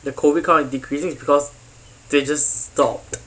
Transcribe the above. the COVID count is decreasing because they just stopped